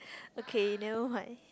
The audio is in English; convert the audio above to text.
okay never mind